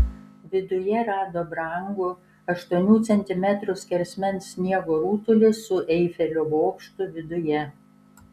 viduje rado brangų aštuonių centimetrų skersmens sniego rutulį su eifelio bokštu viduje